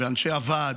ואנשי הוועד,